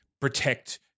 protect